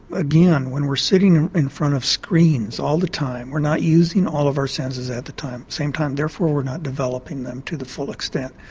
again, when we're sitting in front of screens all the time we're not using all of our senses at the same time, therefore we're not developing them to the full extent.